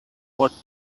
what